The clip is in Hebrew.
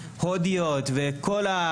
הודיות וכו'